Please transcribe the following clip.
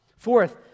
Fourth